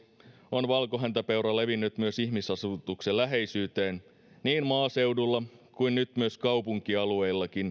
on valkohäntäpeura levinnyt myös ihmisasutuksen läheisyyteen niin maaseudulla kuin nyt myös kaupunkialueilla